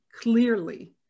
clearly